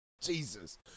Jesus